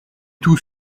tous